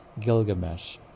Gilgamesh